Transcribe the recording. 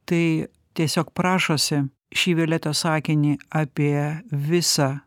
tai tiesiog prašosi šį violetos sakinį apie visa